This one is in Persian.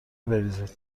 بریزید